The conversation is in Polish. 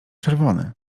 czerwony